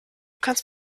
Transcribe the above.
kannst